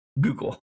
Google